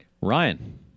Ryan